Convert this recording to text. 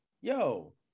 yo